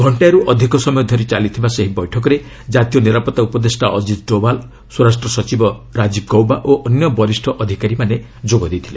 ଘଣ୍ଟାଏରୁ ଅଧିକ ସମୟ ଧରି ଚାଲିଥିବା ସେହି ବୈଠକରେ କ୍ରାତୀୟ ନିରାପତ୍ତା ଉପଦେଷ୍ଟା ଅଜିତ ଡୋବାଲ୍ ସ୍ୱରାଷ୍ଟ୍ର ସଚିବ ରାଜୀବ ଗୌବା ଓ ଅନ୍ୟ ବରିଷ୍ଣ ଅଧିକାରୀମାନେ ଯୋଗ ଦେଇଥିଲେ